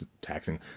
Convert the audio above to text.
taxing